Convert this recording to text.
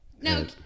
No